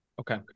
Okay